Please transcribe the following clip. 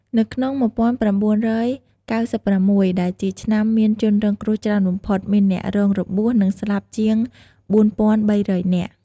នៅក្នុង១៩៩៦ ដែលជាឆ្នាំមានជនរងគ្រោះច្រើនបំផុត មានអ្នករងរបួស និងស្លាប់ជាង ៤,៣០០ នាក់។